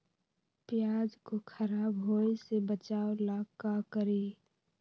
प्याज को खराब होय से बचाव ला का करी?